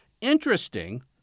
Interesting